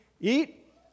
eat